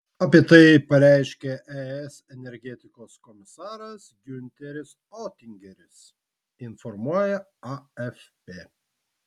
apie tai pareiškė es energetikos komisaras giunteris otingeris informuoja afp